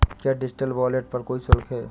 क्या digital wallet पर कोई शुल्क है?